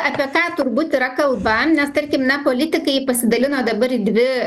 apie ką turbūt yra kalba nes tarkim na politikai pasidalino dabar į dvi